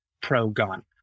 pro-gun